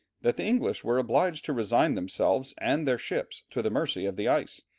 that the english were obliged to resign themselves and their ships to the mercy of the ice,